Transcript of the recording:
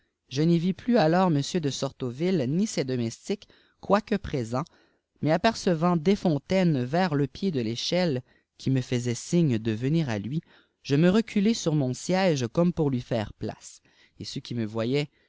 je n'y vis plus alors m de sortoville ni ses domestiques mioique présents mais ipercevant desfontaines vers le pied de l'échelle qui me fïtisait signe de venir à lui je me reculai sur mon siège comme pour lui foire place et ceux qui me voyaient